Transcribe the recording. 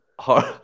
Hard